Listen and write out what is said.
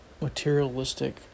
materialistic